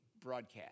broadcast